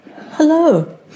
hello